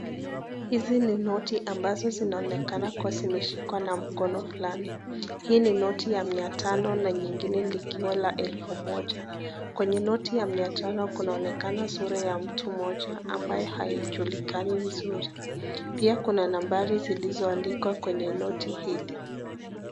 Hizi ni noti ambazo zinaonekana kuwa zimeshikwa na mkono fulani. Hii ni noti ya mia tano na nyingine likiwa la elfu moja, kwenye noti ya mia tano kunaonekana sura ya mtu mmoja ambaye haijulikani vizuri pia kuna, nambari zilizoandikwa kwenye noti hili.